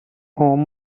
home